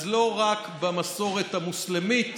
אז לא רק במסורת המוסלמית